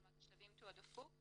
כלומר השלבים תועדפו,